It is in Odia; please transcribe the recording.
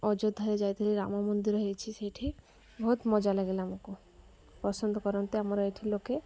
ଅଯୋଧ୍ୟାରେ ଯାଇଥିଲି ରାମ ମନ୍ଦିର ହେଇଛି ସେଇଠି ବହୁତ ମଜା ଲାଗିଲା ଆମକୁ ପସନ୍ଦ କରନ୍ତି ଆମର ଏଇଠି ଲୋକେ